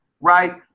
right